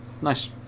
Nice